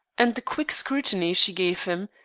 and the quick scrutiny she gave him,